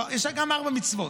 יש ארבע מצוות.